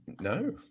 no